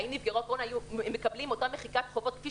והאם נפגעי הקורונה היו מקבלים אותה מחיקת חובות כפי